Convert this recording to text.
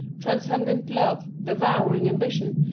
transcendent love, devouring ambition,